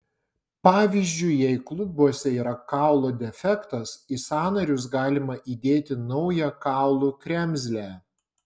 pavyzdžiui jei klubuose yra kaulo defektas į sąnarius galima įdėti naują kaulų kremzlę